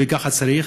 וככה צריך,